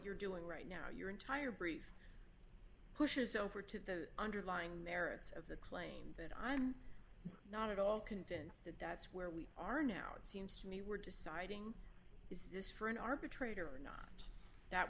you're doing right now your entire brief pushes over to the underlying merits of the claim that i'm not at all convinced that that's where we are now it seems to me we're deciding is this for an arbitrator or not that